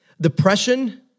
Depression